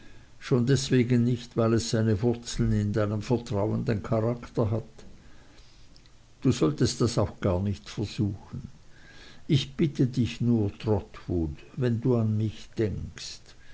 schon deswegen nicht weil es seine wurzeln in deinem vertrauenden charakter hat du solltest das auch gar nicht versuchen ich bitte dich nur trotwood wenn du an mich denkst